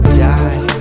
die